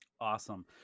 Awesome